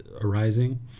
arising